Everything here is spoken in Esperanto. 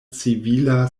civila